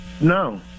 No